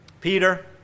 Peter